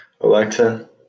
Alexa